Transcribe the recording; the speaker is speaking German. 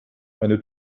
eine